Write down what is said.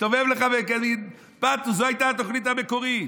הסתובב כאן במין פתוס: זו הייתה התוכנית המקורית.